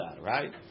right